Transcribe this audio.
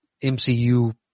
MCU